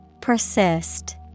Persist